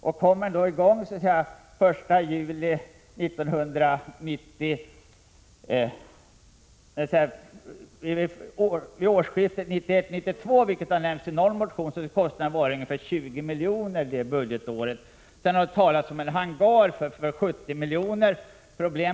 Om den kommer i gång vid årsskiftet 1991-1992, som har nämnts i någon motion, kommer kostnaden det budgetåret att ligga på ungefär 20 milj.kr. Det har talats om en hangar för 70 milj.kr.